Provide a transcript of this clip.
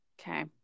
Okay